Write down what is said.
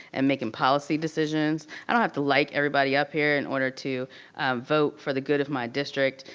and making policy decisions. i don't have to like everybody up here in order to vote for the good of my district,